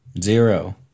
Zero